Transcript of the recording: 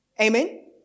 Amen